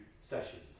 sessions